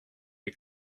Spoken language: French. les